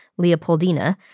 Leopoldina